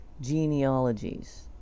genealogies